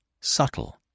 subtle